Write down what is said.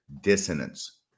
dissonance